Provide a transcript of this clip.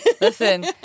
Listen